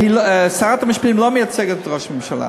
ששרת המשפטים לא מייצגת את ראש הממשלה.